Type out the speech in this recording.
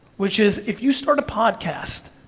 which is, if you start a podcast,